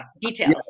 details